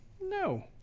No